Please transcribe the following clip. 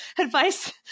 advice